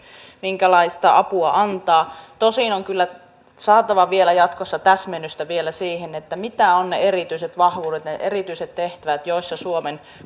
minkälaista apua antaa tosin on kyllä saatava vielä jatkossa täsmennystä siihen mitä ovat ne erityiset vahvuudet ne erityiset tehtävät joissa suomen